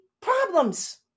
problems